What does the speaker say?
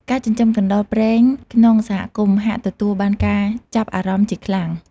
ការចិញ្ចឹមកណ្ដុរព្រែងក្នុងសហគមន៍ ហាក់ទទួលបានការចាប់អារម្មណ៍ជាខ្លាំង។